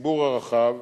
לציבור הרחב,